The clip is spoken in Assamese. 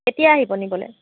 কেতিয়া আহিব নিবলৈ